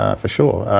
ah for sure.